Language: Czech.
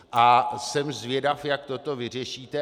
A jsem zvědav, jak toto vyřešíte.